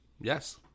Yes